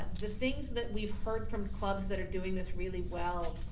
the things that we've heard from clubs that are doing this really well,